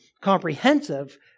comprehensive